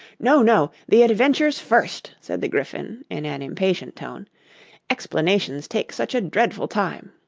no, no! the adventures first said the gryphon in an impatient tone explanations take such a dreadful time